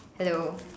hello